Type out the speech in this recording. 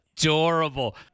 Adorable